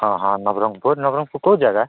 ହଁ ହଁ ନବରଙ୍ଗପୁର ନବରଙ୍ଗପୁୁର କୋଉ ଯାଗା